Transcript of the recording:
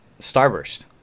starburst